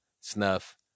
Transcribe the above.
snuff